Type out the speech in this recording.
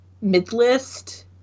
mid-list